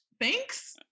Thanks